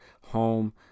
home